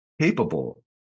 capable